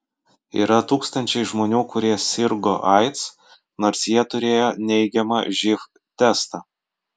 yra tūkstančiai žmonių kurie sirgo aids nors jie turėjo neigiamą živ testą